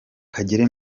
kagere